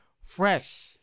fresh